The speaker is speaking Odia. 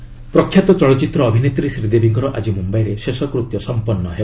ଶ୍ରୀଦେବୀ ପ୍ରଖ୍ୟାତ ଚଳଚ୍ଚିତ୍ର ଅଭିନେତ୍ରୀ ଶ୍ରୀଦେବୀଙ୍କର ଆଜି ମୁମ୍ବାଇରେ ଶେଷକୃତ୍ୟ ସଂପନ୍ନ ହେବ